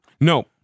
No